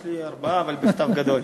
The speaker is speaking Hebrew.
יש לי ארבעה, אבל בכתב גדול.